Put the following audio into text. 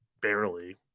barely